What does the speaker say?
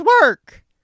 work